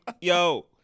yo